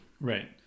right